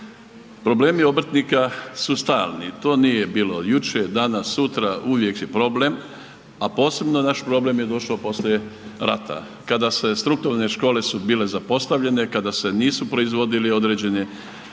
Problemi obrtnika su stalni, to nije bilo jučer, danas, sutra, uvijek je problem, a posebno naš problem je došao poslije rata kada se strukovne škole su bile zapostavljene, kada se nisu proizvodili određeni struke,